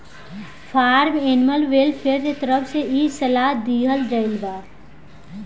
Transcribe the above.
form animal welfare के तरफ से इ सलाह दीहल गईल बा